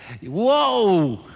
Whoa